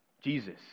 Jesus